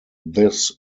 this